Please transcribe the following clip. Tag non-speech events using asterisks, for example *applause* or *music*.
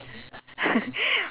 *laughs*